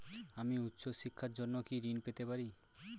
আমি উচ্চশিক্ষার জন্য কি ঋণ পেতে পারি?